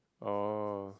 oh